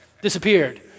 disappeared